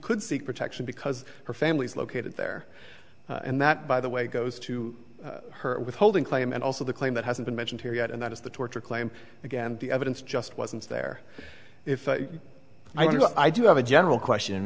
could seek protection because her family is located there and that by the way goes to her withholding claim and also the claim that hasn't been mentioned here yet and that is the torture claim again the evidence just wasn't there if i do i do have a general question